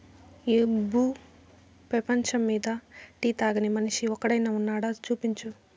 ఈ భూ పేపంచమ్మీద టీ తాగని మనిషి ఒక్కడైనా వున్నాడా, చూపించు